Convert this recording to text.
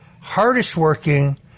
hardest-working